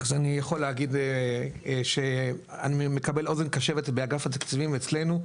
אז אני יכול להגיד שאני מקבל אוזן קשבת באגף התקציבים אצלנו.